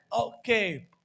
okay